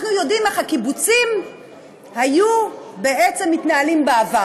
אנחנו יודעים איך הקיבוצים התנהלו בעבר.